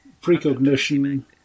Precognition